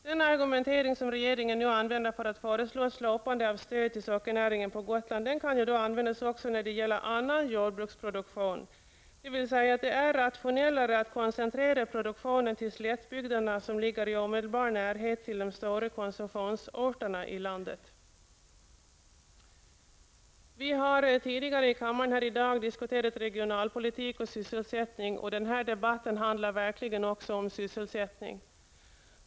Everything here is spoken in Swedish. Den argumentering som regeringen använder för att föreslå slopande av stöd till sockernäringen på Gotland kan användas också när det gäller annan jordbruksproduktion, dvs. att det är rationellare att koncentrera produktionen till slättbygderna i omedelbar närhet till de stora konsumtionsorterna i landet. Vi har tidigare i kammaren här i dag diskuterat regionalpolitik och sysselsättning, och den här debatten handlar verkligen också om sysselsättning.